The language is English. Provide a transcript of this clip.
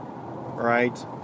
right